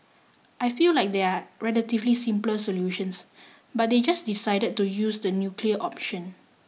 I feel like there are relatively simpler solutions but they just decided to use the nuclear option